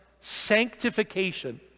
sanctification